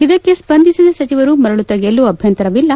ಇದಕ್ಕೆ ಸ್ವಂದಿಸಿದ ಸಚಿವರು ಮರಳು ತೆಗೆಯಲು ಅಭ್ಯಂತರವಿಲ್ಲ